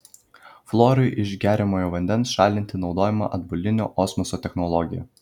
fluorui iš geriamojo vandens šalinti naudojama atbulinio osmoso technologija